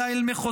אלא אל מחוזות,